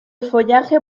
follaje